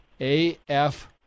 AF